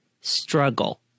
struggle